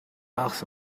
else